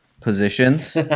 positions